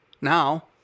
now